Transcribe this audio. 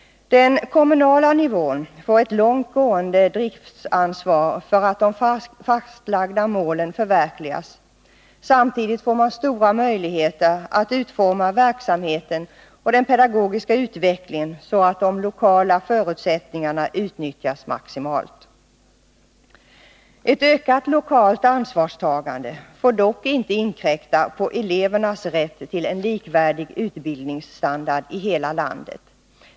Den kommunala nivån får ett långt gående driftansvar för att de fastlagda målen förverkligas. Samtidigt får man stora möjligheter att utforma verksamheten och den pedagogiska utvecklingen så att de lokala förutsättningarna utnyttjas maximalt. Ett ökat lokalt ansvarstagande får dock inte inkräkta på elevernas rätt till en likvärdig utbildningsstandard i hela landet.